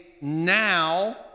now